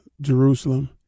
Jerusalem